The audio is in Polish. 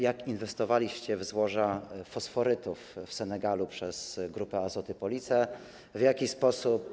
jak inwestowaliście w złoża fosforytów w Senegalu przez Grupę Azoty Police, w jaki sposób.